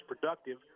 productive